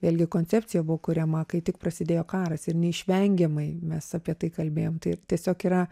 vėlgi koncepcija buvo kuriama kai tik prasidėjo karas ir neišvengiamai mes apie tai kalbėjom tai tiesiog yra